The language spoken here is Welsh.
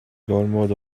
gormod